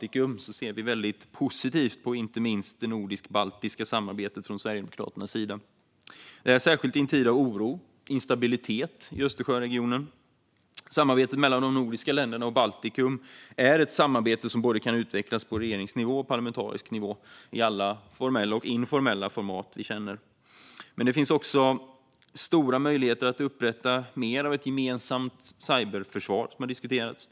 Vi ser från Sverigedemokraternas sida väldigt positivt på inte minst det nordisk-baltiska samarbetet, detta särskilt i en tid av oro och instabilitet i Östersjöregionen. Samarbetet mellan de nordiska länderna och Baltikum är ett samarbete som kan utvecklas både på regeringsnivå och på parlamentarisk nivå i alla formella och informella format som vi känner. Men det finns också stora möjligheter att upprätta mer av ett gemensamt cyberförsvar, som har diskuterats.